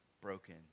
broken